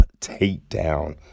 takedown